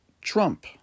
Trump